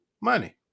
Money